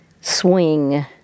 swing